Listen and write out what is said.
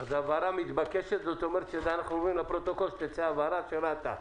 אנחנו אומרים לפרוטוקול שתצא הבהרה של רת"א,